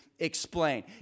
explain